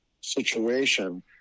situation